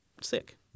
sick